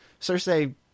Cersei